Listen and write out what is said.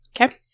Okay